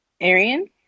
Arian